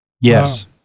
Yes